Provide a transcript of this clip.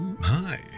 Hi